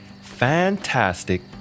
fantastic